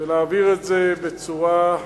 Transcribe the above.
ולהעביר את זה בצורה,